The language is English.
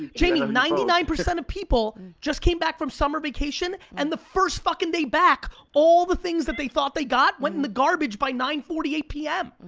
jamie, um ninety nine percent of people just came back from summer vacation, and the first fucking day back all the things that they thought they got went in the garbage by nine forty eight p m.